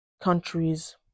countries